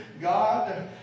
God